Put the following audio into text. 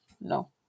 No